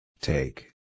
Take